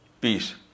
peace